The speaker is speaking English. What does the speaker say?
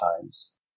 times